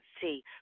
see